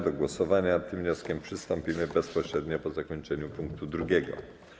Do głosowania nad tym wnioskiem przystąpimy bezpośrednio po zakończeniu punktu 2.